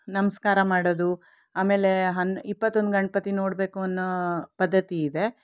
ನಮಸ್ಕಾರ ಮಾಡೋದು ಆಮೇಲೆ ಹನ್ ಇಪ್ಪತ್ತೊಂದು ಗಣಪತಿ ನೋಡ್ಬೇಕು ಅನ್ನೋ ಪದ್ಧತಿ ಇದೆ